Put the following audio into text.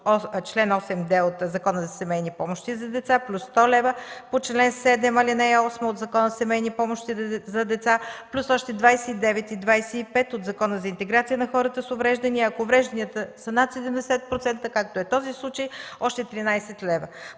чл. 8д от Закона за семейни помощи за деца, плюс 100 лв. по чл. 7, ал. 8 от Закона за семейни помощи за деца, плюс още 29, 25 лв. от Закона за интеграция за хората с увреждания, а ако уврежданията са над 70% – както е в този случай, още 13 лв.